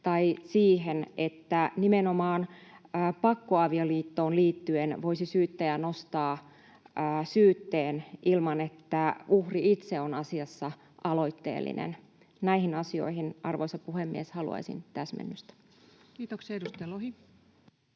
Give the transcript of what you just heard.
tai siihen, ettei nimenomaan pakkoavioliittoon liittyen voisi syyttäjä nostaa syytteen ilman, että uhri itse on asiassa aloitteellinen. Näihin asioihin, arvoisa puhemies, haluaisin täsmennystä. Kiitoksia. — Edustaja Lohi.